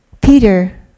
Peter